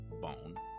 bone